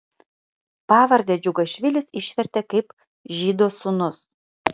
pavardę džiugašvilis išvertė kaip žydo sūnus